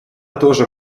тоже